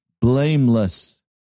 blameless